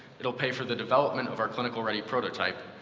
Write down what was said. it'll pay for the development of our clinical-ready prototype,